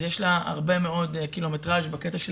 אז יש לה הרבה מאוד קילומטראז' בקטע של